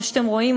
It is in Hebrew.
כמו שאתם רואים,